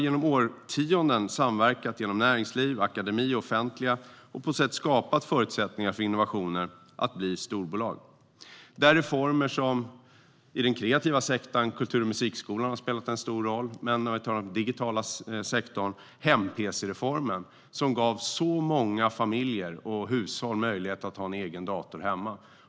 Genom årtionden har näringslivet, akademin och det offentliga samverkat och på så sätt skapat förutsättningar för innovationer att bli storbolag. I den kreativa sektorn har reformer som kultur och musikskolan spelat en stor roll. Inom den digitala sektorn gav hem-pc-reformen många familjer och hushåll möjlighet att ha en egen dator hemma.